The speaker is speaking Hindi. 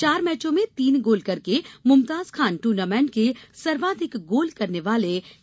चार मैचों में तीन गोल करके मुमताज खान टूर्नामेंट के सर्वाधिक गोल करने वाले खिलाड़ी बने